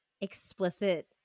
explicit